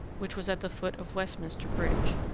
which was at the foot of westminster-bridge.